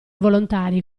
volontari